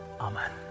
Amen